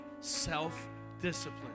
self-discipline